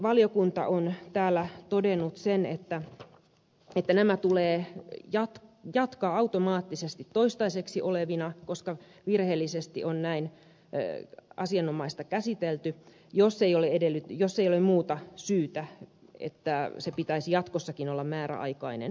valiokunta on täällä todennut sen että nämä tulee jatkaa automaattisesti toistaiseksi voimassa oleviksi koska virheellisesti on näin asianomaista käsitelty jos ei ole muuta syytä että sen pitäisi jatkossakin olla määräaikainen